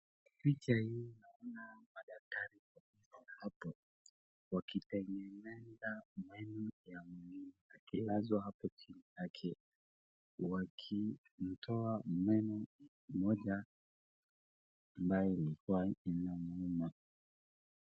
Picha hii naona madaktari wawili hapo, wakitengeneza meno ya mwingine akilazwa hapo chini, wakimtoa meno moja ambayo ilikuwa inamuuma.